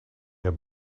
der